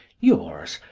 yours,